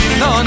no